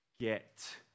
get